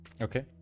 okay